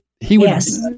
Yes